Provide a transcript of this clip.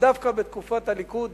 שדווקא בתקופת הליכוד